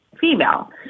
female